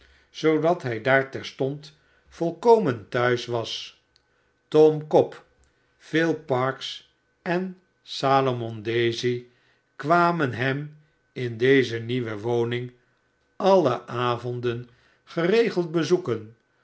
zoodat hij daar terstond volkomen thuis was tom cobb phil parkes en salomon daisy kwamenhem in deze nieuwe woning alle avonden geregeld bezoeken